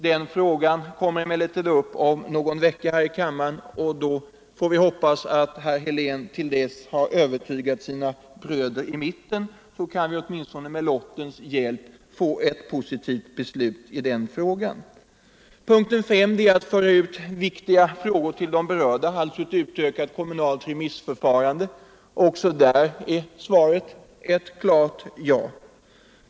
Den frågan kommer emellertid upp om någon vecka här i kammaren. Vi får hoppas att herr Helén till dess har övertygat sina vänner i mitten, så att vi åtminstone med lottens hjälp kan få ett positivt beslut i den frågan. Punkten 5 går ut på att viktiga frågor skall föras ut till de berörda, alltså ett utökat kommunalt remissförfarande. Också där är svaret ja.